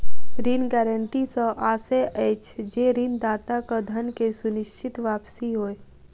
ऋण गारंटी सॅ आशय अछि जे ऋणदाताक धन के सुनिश्चित वापसी होय